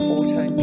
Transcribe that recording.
Auto